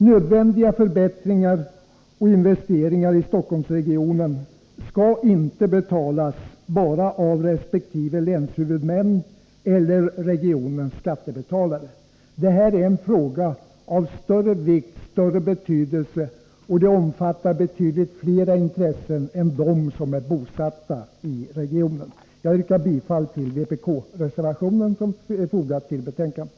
Nödvändiga förbättringar och investeringar i Stockholmsregionen skall inte betalas enbart av resp. länshuvudmän eller regionens skattebetalare. Detta är en fråga av stor vikt, och den omfattar betydligt flera intressen än deras som är bosatta i regionen. Jag yrkar bifall till den vpk-reservation som är fogad till betänkandet.